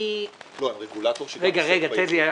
לא, הרגולטור --- רגע, תן לי.